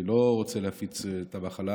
אני לא רוצה להפיץ את המחלה,